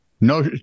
No